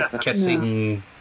kissing